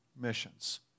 missions